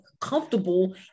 comfortable